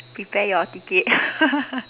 prepare your ticket